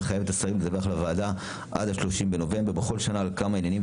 מחייב את השרים לדווח לוועדה עד ה-30 בנובמבר בכל שנה על כמה עניינים,